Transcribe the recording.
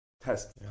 test